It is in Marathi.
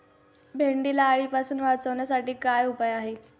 भेंडीला अळीपासून वाचवण्यासाठी काय उपाय आहे?